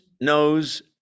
knows